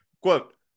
Quote